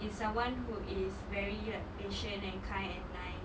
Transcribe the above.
is someone who is very like patient and kind and nice